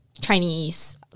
Chinese